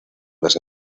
las